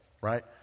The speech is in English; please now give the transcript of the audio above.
right